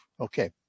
Okay